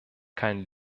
kein